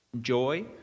joy